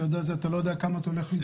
אתה לא יודע עם כמה אתה הולך להצטייד?